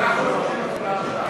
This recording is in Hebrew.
הממשלה מבקשת להצביע עכשיו.